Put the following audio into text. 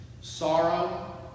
Sorrow